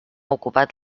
ocupat